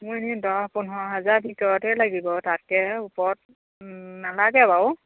মই এনেই দহ পোন্ধৰ হাজাৰ ভিতৰতে লাগিব তাতকৈ ওপৰত নালাগে বাৰু